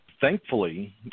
Thankfully